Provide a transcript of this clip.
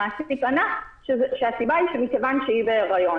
המעסיק ענה שהסיבה היא שהיא בהיריון.